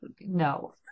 no